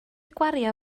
gwario